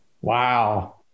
Wow